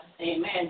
Amen